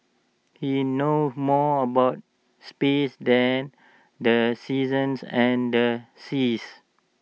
he know more about space than the seasons and the seas